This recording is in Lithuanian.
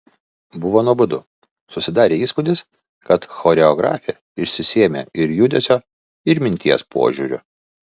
buvo nuobodu susidarė įspūdis kad choreografė išsisėmė ir judesio ir minties požiūriu